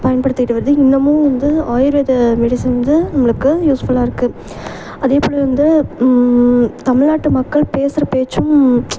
பயன்படுத்திகிட்டு வருது இன்னுமும் வந்து ஆயுர்வேத மெடிசன் வந்து நம்மளுக்கு யூஸ்ஃபுல்லாக இருக்குது அதேபோலவே வந்து தமிழ்நாட்டு மக்கள் பேசுகிற பேச்சும்